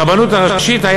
הרבנות הראשית,